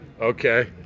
Okay